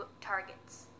targets